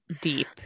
deep